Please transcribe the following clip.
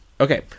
okay